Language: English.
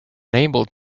unable